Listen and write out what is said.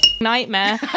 nightmare